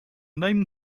name